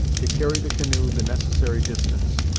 to carry the canoe the necessary distance,